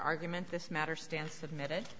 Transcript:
argument this matter stand submitted